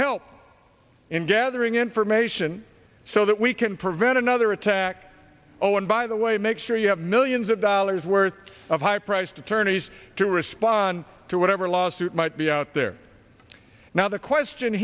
help in gathering information so that we can prevent another attack oh and by the way make sure you have millions of dollars worth of high priced attorneys to respond to whatever lawsuit might be out there now the question